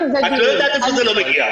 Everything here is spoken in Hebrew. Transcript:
אתה לא יודעת איפה זה לא מגיע,